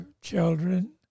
children